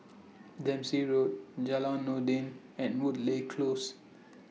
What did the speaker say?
Dempsey Road Jalan Noordin and Woodleigh Close